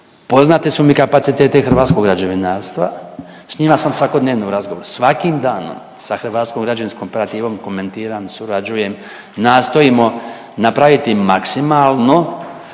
poznati su mi kapaciteti hrvatskog građevinarstva. S njima sam svakodnevno u razgovoru svakim danom sa hrvatskom građevinskom operativom komentiram, surađujem, nastojimo napraviti maksimalno